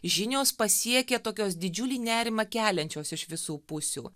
žinios pasiekia tokios didžiulį nerimą keliančios iš visų pusių